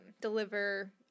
deliver